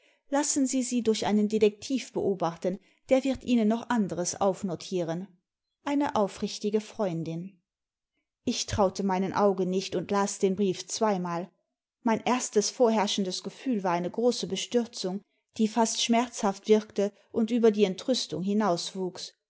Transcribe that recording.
lassen sie sie durch einen detektiv beobachten der wird ihnen noch anderes aufnotieren eine aufrichtige freundin ich traute meinen augen nicht und las den brief zweimal mein erstes vorherrschendes gefühl war eine große bestürzung die fast schmerzhaft wirkte und über die entrüstung